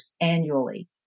annually